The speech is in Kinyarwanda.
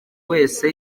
wese